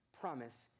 promise